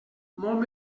molt